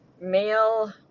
male